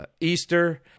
Easter